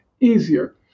easier